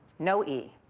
no e.